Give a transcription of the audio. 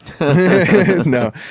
No